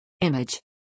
Image